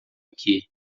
aqui